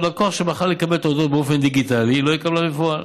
לקוח שבחר לקבל את ההודעות באופן דיגיטלי לא יקבלן בפועל.